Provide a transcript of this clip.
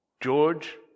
George